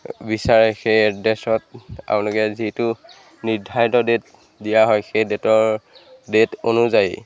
বিচাৰে সেই এড্ৰেছত আপোনালোকে যিটো নিৰ্ধাৰিত ডেট দিয়া হয় সেই ডেটৰ ডেট অনুযায়ী